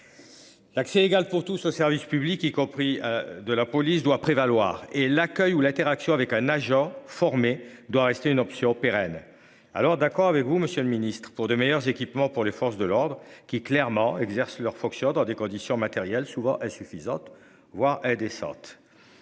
L'accès égal pour tous aux services publics, y compris de la police doit prévaloir et l'accueil ou l'interaction avec un agent formé doit rester une option pérenne. Alors d'accord avec vous Monsieur le Ministre, pour de meilleurs équipements pour les forces de l'ordre qui est clairement exercent leurs fonctions dans des conditions matérielles souvent insuffisantes, voire indécente.